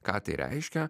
ką tai reiškia